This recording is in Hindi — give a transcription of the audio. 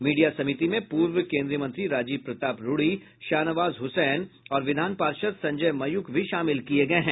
मीडिया समिति में पूर्व केन्द्रीय मंत्री राजीव प्रताप रूडी शाहनवाज हुसैन और विधान पार्षद संजय मयूख भी शामिल किये गये हैं